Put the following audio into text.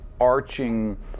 arching